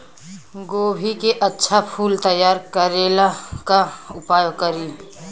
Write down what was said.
गोभी के अच्छा फूल तैयार करे ला का उपाय करी?